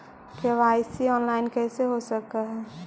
KYC online कैसे हो सक है?